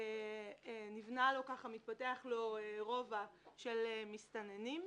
נבנה אצלנו רובע של מסתננים,